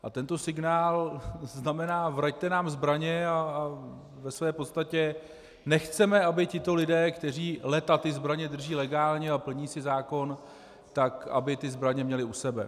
A tento signál znamená vraťte nám zbraně a ve své podstatě nechceme, aby tito lidé, kteří léta zbraně drží legálně a plní si zákon, tak aby zbraně měli u sebe.